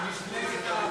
מפלגת העבודה.